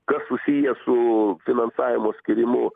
kas susiję su finansavimo skyrimu